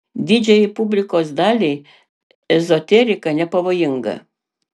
didžiajai publikos daliai ezoterika nepavojinga